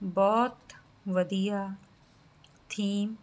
ਬਹੁਤ ਵਧੀਆ ਥੀਮ